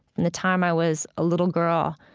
in the time i was a little girl,